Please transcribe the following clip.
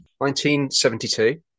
1972